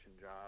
job